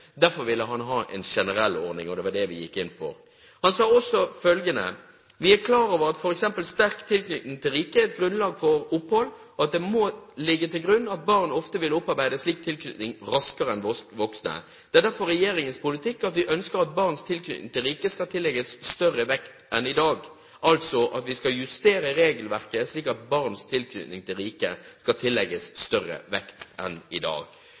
Derfor ville han ha en generell ordning, og det var det vi gikk inn for. Han sa også følgende: «Samtidig er vi klar over at f.eks. sterk tilknytning til riket er et grunnlag for opphold, og at det må ligge til grunn at barn ofte vil opparbeide slik tilknytning raskere enn voksne. Det er derfor Regjeringens politikk at vi ønsker at barns tilknytning til riket skal tillegges større vekt enn i dag, altså at vi skal justere regelverket slik at barns tilknytning til riket skal tillegges større vekt enn i dag.»